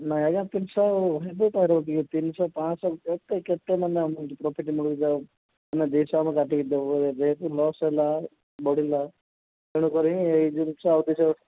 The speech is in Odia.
ନାଇଁ ଆଜ୍ଞା ତିନିଶହ ଆଉ ହୋଇପାରିବ କି ତିନିଶହ ପାଞ୍ଚଶହ କେତେ କେତେ ମାନେ ଆମକୁ ପ୍ରଫ଼ିଟ୍ ମିଳୁଛି ମାନେ ସେ ହିସାବରେ କାଟିକି ଦେଉ ଯେହେତୁ ଲସ୍ ହେଲା କି ବଢ଼ିଲା ତେଣୁ କରି ଏହି ଜିନିଷ ଆଉ ଦୁଇ ଶହ